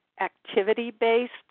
activity-based